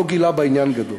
לא גילה בה עניין גדול.